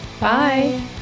Bye